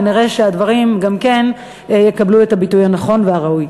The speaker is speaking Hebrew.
ונראה שהדברים גם יקבלו את הביטוי הנכון והראוי.